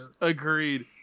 Agreed